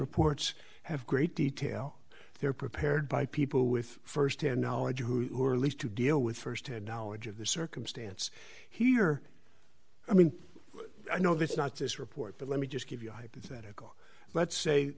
reports have great detail they're prepared by people with firsthand knowledge who are least to deal with firsthand knowledge of the circumstance here i mean i know that's not this report but let me just give you a hypothetical let's say